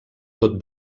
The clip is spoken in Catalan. tot